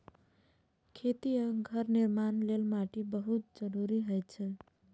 खेती आ घर निर्माण लेल माटि बहुत जरूरी होइ छै